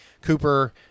Cooper –